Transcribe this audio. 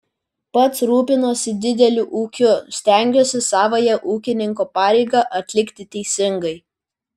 pats rūpinuosi dideliu ūkiu stengiuosi savąją ūkininko pareigą atlikti teisingai